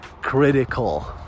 critical